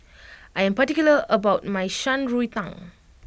I am particular about my Shan Rui Tang